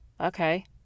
Okay